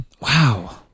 wow